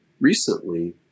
recently